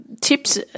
tips